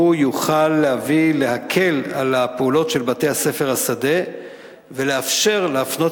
יוכל להקל על הפעולות של בתי-ספר השדה ולאפשר להפנות